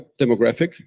demographic